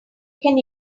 can